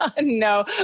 No